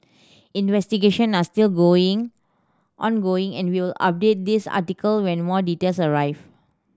investigation are still going ongoing and we'll update this article when more details arrive